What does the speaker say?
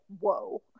Whoa